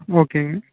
ஓகேங்க